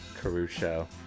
Caruso